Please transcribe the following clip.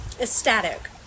ecstatic